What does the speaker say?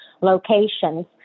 locations